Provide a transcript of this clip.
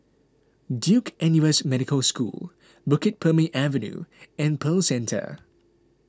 Duke N U S Medical School Bukit Purmei Avenue and Pearl Centre